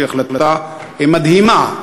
היא החלטה מדהימה,